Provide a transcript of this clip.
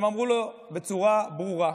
הם אמרו לו בצורה ברורה: